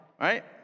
right